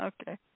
Okay